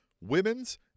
women's